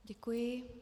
Děkuji.